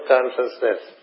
Consciousness